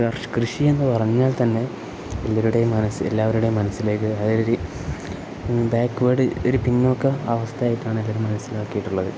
കൃഷി കൃഷി എന്ന് പറഞ്ഞാൽ തന്നെ എല്ലാവരുടെയും മനസ്സ് എല്ലാവരുടെയും മനസ്സിലേക്ക് അതൊരു ബാക്ക്വേഡ് ഒരു പിന്നോക്ക അവസ്ഥയായിട്ടാണ് ഇവർ മനസ്സിലാക്കിയിട്ടുള്ളത്